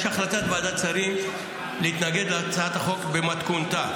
יש החלטת ועדת שרים להתנגד להצעת החוק במתכונתה.